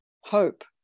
hope